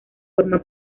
forma